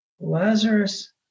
Lazarus